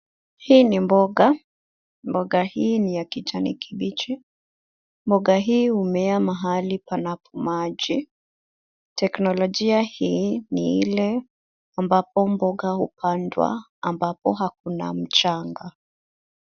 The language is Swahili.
Hii ni mboga. Mboga hii ni ya kijani kibichi, mboga hii humea pahali panapomaji. Teknologia hii ni ile ambapo mboga hupandwa ambapo hakuna mchanga.